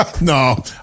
No